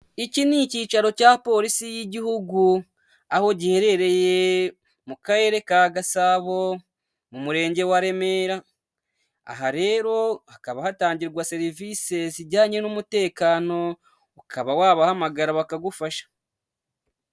Iki ni icyicaro cya polisi y'igihugu, aho giherereye mu karere ka Gasabo mu murenge wa Remera, aha rero hakaba hatangirwa serivisi zijyanye n'umutekano, ukaba wabahamagara bakagufasha.